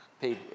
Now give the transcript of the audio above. paid